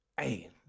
hey